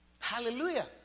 hallelujah